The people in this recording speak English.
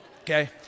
Okay